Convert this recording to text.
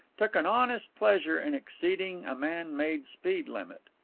took an honest pleasure in exceeding a man-made speed limit.